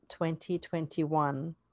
2021